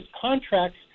contracts